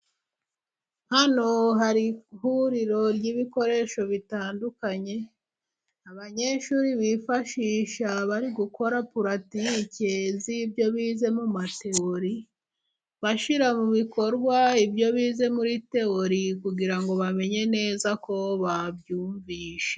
Hano hari ihuriro ry'ibikoresho bitandukanye, abanyeshuri bifashisha bari gukora puratike z'ibyo bize muri tewori, bashyira mu bikorwa ibyo bize muri tewori, kugira ngo bamenye neza ko babyumvishe.